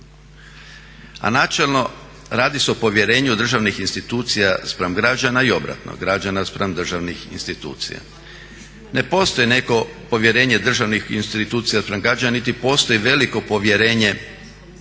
A načelno radi se o povjerenu državnih institucija spram građana i obratno građana spram državnih institucija. Ne postoji neko povjerenje državnih institucija spram građana niti postoji veliko povjerenje